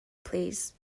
plîs